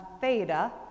theta